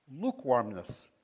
lukewarmness